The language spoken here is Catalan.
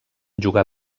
jugà